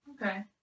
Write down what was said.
Okay